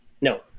No